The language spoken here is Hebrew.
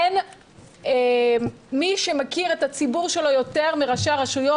אין מי שמכיר את הציבור שלו יותר מראשי הרשויות,